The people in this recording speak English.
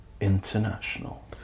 International